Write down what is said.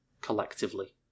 collectively